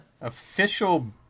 official